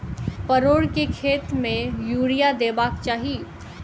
परोर केँ खेत मे यूरिया देबाक चही?